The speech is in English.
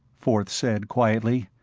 forth said quietly,